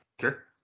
Sure